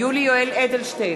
יולי יואל אדלשטיין,